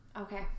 Okay